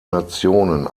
nationen